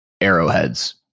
arrowheads